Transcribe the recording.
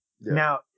Now